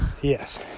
Yes